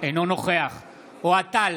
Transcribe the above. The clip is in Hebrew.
אינו נוכח אוהד טל,